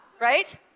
right